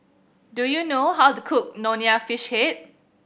do you know how to cook Nonya Fish Head